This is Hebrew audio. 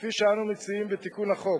כפי שאנו מציעים בתיקון החוק.